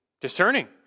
Discerning